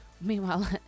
meanwhile